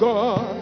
God